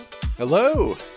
Hello